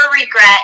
regret